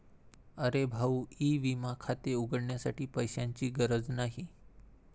अरे भाऊ ई विमा खाते उघडण्यासाठी पैशांची गरज नाही